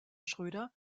schröder